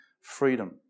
freedom